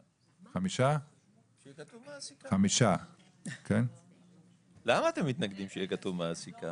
5. למה אתם מתנגדים שיהיה כתוב מעסיקה?